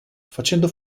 facendo